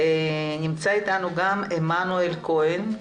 עמנואל כהן,